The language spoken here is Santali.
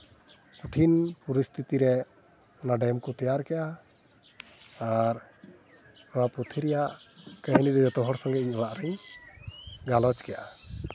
ᱠᱚᱴᱷᱤ ᱯᱚᱨᱤᱥᱛᱷᱤᱛᱤ ᱨᱮ ᱚᱱᱟ ᱰᱮᱢ ᱠᱚ ᱛᱮᱭᱟᱨ ᱠᱮᱫᱼᱟ ᱟᱨ ᱱᱚᱣᱟ ᱯᱩᱛᱷᱤ ᱨᱮᱭᱟᱜ ᱠᱟᱹᱦᱱᱤ ᱡᱚᱛᱚ ᱦᱚᱲ ᱥᱚᱸᱜᱮ ᱚᱲᱟᱜ ᱨᱤᱧ ᱜᱟᱞᱚᱪ ᱠᱮᱫᱼᱟ